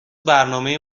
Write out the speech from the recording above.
برنامه